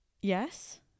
yes